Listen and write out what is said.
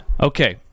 Okay